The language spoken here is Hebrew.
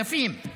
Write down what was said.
אלפים.